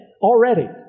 already